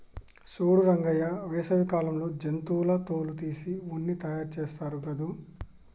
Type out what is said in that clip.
సూడు రంగయ్య వేసవి కాలంలో జంతువుల తోలు తీసి ఉన్ని తయారుచేస్తారు గాదు